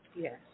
Yes